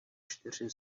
čtyři